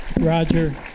Roger